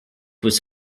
was